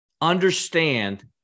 understand